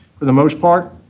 for the most part,